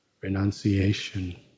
renunciation